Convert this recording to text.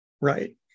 right